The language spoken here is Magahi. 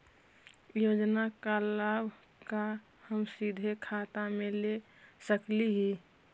योजना का लाभ का हम सीधे खाता में ले सकली ही?